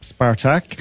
spartak